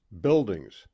buildings